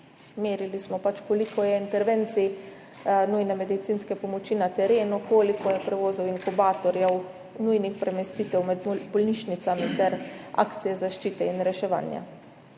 merili smo, koliko je intervencij nujne medicinske pomoči na terenu, koliko je prevozov inkubatorjev, nujnih premestitev med bolnišnicami ter akcije zaščite in reševanja.